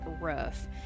rough